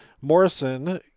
Morrison